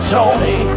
Tony